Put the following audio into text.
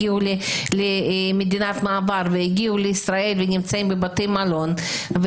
הגיעו למדינת מעבר והגיעו לישראל ונמצאים בבתי מלון,